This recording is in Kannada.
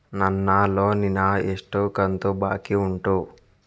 ನನ್ನ ಲೋನಿನ ಎಷ್ಟು ಕಂತು ಬಾಕಿ ಉಂಟು?